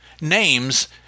names